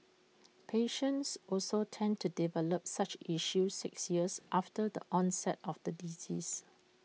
patients also tend to develop such issues six years after the onset of the disease